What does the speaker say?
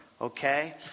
okay